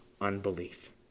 unbelief